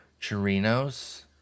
Chirinos